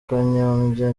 kanyombya